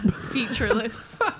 featureless